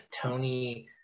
tony